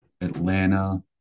Atlanta